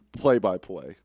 play-by-play